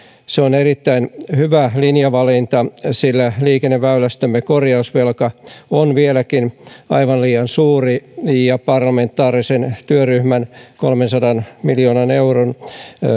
se on erittäin hyvä linjavalinta sillä liikenneväylästömme korjausvelka on vieläkin aivan liian suuri ja parlamentaarisen työryhmän kolmensadan miljoonan euron